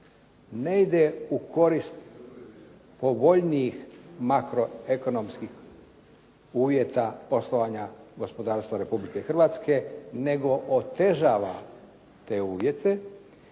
ne ide u korist povoljnijih makroekonomskih uvjeta poslovanja gospodarstva Republike Hrvatske nego otežava te uvjete